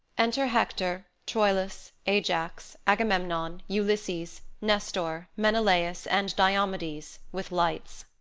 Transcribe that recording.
enter hector, troilus, ajax, agamemnon, ulysses, nestor, menelaus, and diomedes, with lights